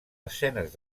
escenes